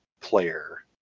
player